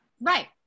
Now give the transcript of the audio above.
Right